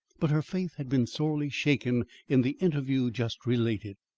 but her faith had been sorely shaken in the interview just related.